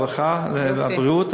הרווחה והבריאות,